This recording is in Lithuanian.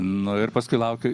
nu ir paskui laukiu